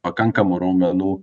pakankamų raumenų